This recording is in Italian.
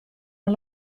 non